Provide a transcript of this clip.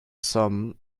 some